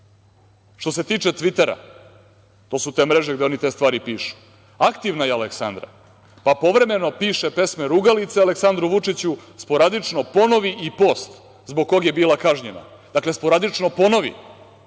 što se tiče tvitera, to su te mreže gde oni te stvari pišu, aktivna je Aleksandra, pa povremeno piše pesme rugalice Aleksandru Vučiću, sporadično ponovi i post zbog kog je bila kažnjena. Dakle, sporadično ponovi